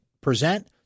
present